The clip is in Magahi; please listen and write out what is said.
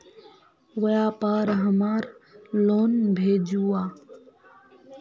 व्यापार हमार लोन भेजुआ?